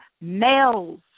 males